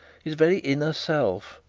his very inner self,